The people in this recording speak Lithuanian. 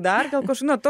dar gal kaž na tuos